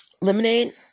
lemonade